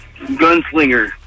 gunslinger